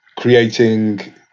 creating